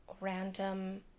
random